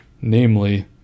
namely